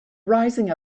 rising